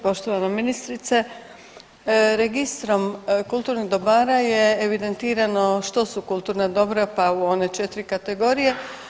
Poštovana ministrice, registrom kulturnih dobara je evidentirano što su kulturna dobra, pa u one 4 kategorije.